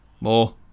more